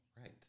Right